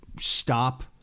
stop